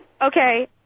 Okay